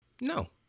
No